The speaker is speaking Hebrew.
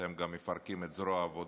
אתם גם מפרקים את זרוע העבודה.